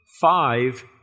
Five